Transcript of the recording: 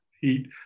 heat